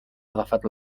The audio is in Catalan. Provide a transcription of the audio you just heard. agafat